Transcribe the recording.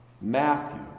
Matthew